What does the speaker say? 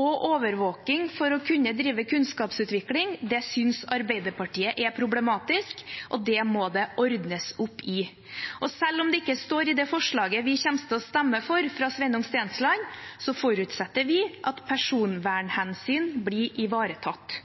og overvåking for å kunne drive kunnskapsutvikling, synes Arbeiderpartiet er problematisk, og det må det ordnes opp i. Selv om det ikke står i det forslaget fra Sveinung Stensland som vi kommer til å stemme for, forutsetter vi at personvernhensyn blir ivaretatt.